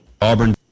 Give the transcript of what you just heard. Auburn